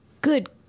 good